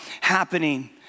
happening